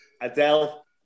Adele